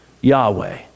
Yahweh